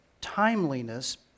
timeliness